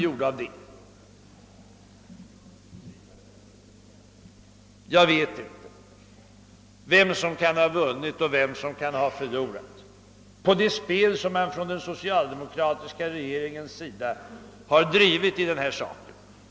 Jag vet inte vem som kan ha vunnit och vem som kan ha förlorat på det spel som den socialdemokratiska regeringen drivit i denna fråga.